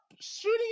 shooting